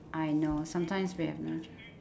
I know sometimes we have no choice